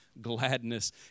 gladness